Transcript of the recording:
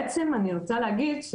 בעצם אני רוצה להגיד,